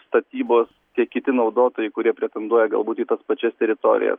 statybos tiek kiti naudotojai kurie pretenduoja galbūt į tas pačias teritorijas